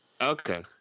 Okay